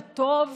וטוב